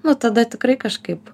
nu tada tikrai kažkaip